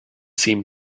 seemed